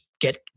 get